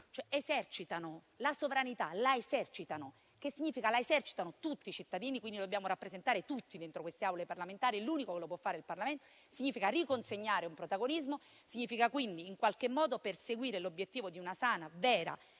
ma esercitano la sovranità. Questo significa che la esercitano tutti i cittadini, quindi dobbiamo rappresentare tutti dentro queste Aule parlamentari e l'unico che lo può fare è il Parlamento. Significa riconsegnare un protagonismo, quindi perseguire l'obiettivo di una sana, vera